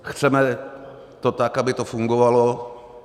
Chceme to tak, aby to fungovalo?